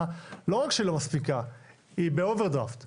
צריך לשפות המון דברים, הרי אמרת בעצמך